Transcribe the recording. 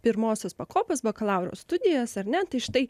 pirmosios pakopos bakalauro studijas ar ne tai štai